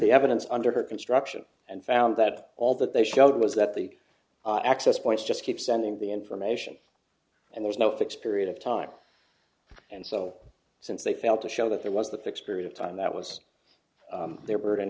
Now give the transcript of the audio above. the evidence under construction and found that all that they showed was that the access points just keep sending the information and there's no fixed period of time and so since they failed to show that there was the fixed period of time that was their burden